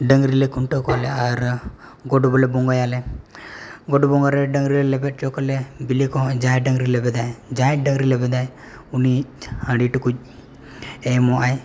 ᱰᱟᱹᱝᱨᱤ ᱞᱮ ᱠᱷᱩᱱᱴᱟᱹᱣ ᱠᱚᱣᱟᱞᱮ ᱟᱨ ᱜᱚᱴ ᱵᱚᱞᱮ ᱵᱚᱸᱜᱟᱭᱟᱞᱮ ᱜᱚᱴ ᱵᱚᱸᱜᱟᱨᱮ ᱰᱟᱹᱝᱨᱤ ᱞᱮᱵᱮᱫ ᱦᱚᱪᱚ ᱠᱚᱣᱟᱞᱮ ᱵᱤᱞᱤ ᱠᱚᱦᱚᱸ ᱡᱟᱦᱟᱸᱭ ᱰᱟᱹᱝᱨᱤ ᱞᱮᱵᱮᱫᱟᱭ ᱡᱟᱦᱟᱸᱭ ᱰᱟᱹᱝᱨᱤ ᱞᱮᱵᱮᱫᱟᱭ ᱩᱱᱤ ᱦᱟᱺᱰᱤ ᱴᱩᱠᱩᱡᱽ ᱮᱢᱚᱜᱼᱟᱭ